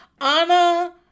Anna